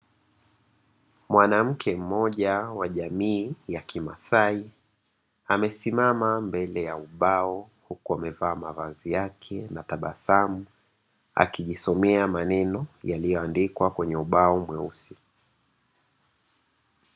Mwanamke mmoja wa jamii ya kimaasai amesimama mbele ya ubao huku amevaa mavazi yake na tabasamu, akijisomea maneno yaliyoandikwa kwenye ubao mweusi.